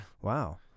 Wow